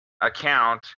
account